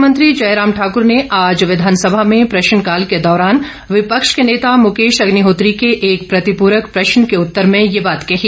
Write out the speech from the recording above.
मुख्यमंत्री जयराम ठाकर ने आज विधानसभा में प्रश्नकाल के दौरान विपक्ष के नेता मुकेश अग्निहोत्री के एक प्रतिपुरक प्रश्न के उत्तर में ये बात कही